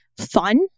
fun